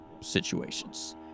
situations